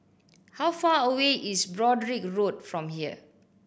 how far away is Broadrick Road from here